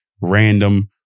random